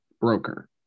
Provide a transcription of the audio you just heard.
broker